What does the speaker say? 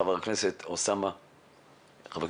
חבר הכנסת אוסאמה וטאהא,